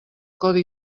codi